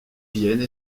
viennent